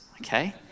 Okay